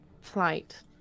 flight